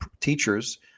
teachers